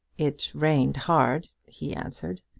it rained hard, he answered.